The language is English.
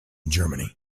germany